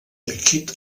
líquid